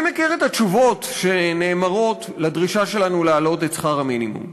אני מכיר את התשובות שנאמרות על הדרישה שלנו להעלות את שכר המינימום.